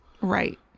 Right